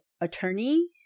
attorney